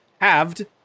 Halved